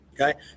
okay